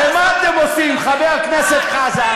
מיקי, זה, אבל מה אתם עושים, חבר הכנסת חזן?